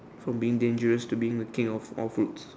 from being dangerous to being the King of all fruits